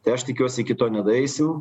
tai aš tikiuosi iki to nedaeisim